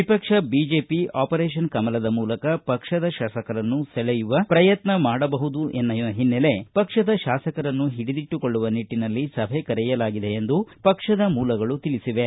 ವಿಪಕ್ಷ BJP operation ಕಮಲದ ಮೂಲಕ ಪಕ್ಷದ ಶಾಸಕರನ್ನು ಸೆಳೆಯುವ ಪ್ರಯತ್ನ ಮಾಡಬಹುದು ಎನ್ನುವ ಹಿನ್ನೆಲೆ ಪಕ್ಷದ ಶಾಸಕರನ್ನು ಹಿಡಿದಿಟ್ಟುಕೊಳ್ಳುವ ನಿಟ್ಟನಲ್ಲಿ ಸಭೆ ಕರೆಯಲಾಗಿದೆ ಎಂದು ಪಕ್ಷದ ಮೂಲಗಳು ತಿಳಿಸಿವೆ